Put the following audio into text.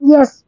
Yes